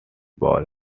ball